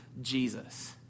Jesus